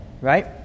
right